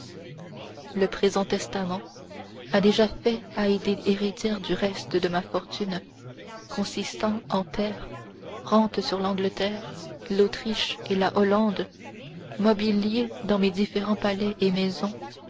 le présent testament a déjà fait haydée héritière du reste de ma fortune consistant en terres rentes sur l'angleterre l'autriche et la hollande mobilier dans mes différents palais et maisons